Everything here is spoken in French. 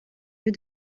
lieu